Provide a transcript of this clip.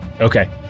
Okay